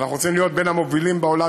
ואנחנו רוצים להיות בין המובילים בעולם,